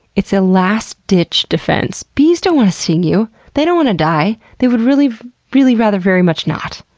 it's a last-ditch defense. bees don't wanna sting you! they don't wanna die! the would really really rather very much not.